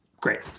great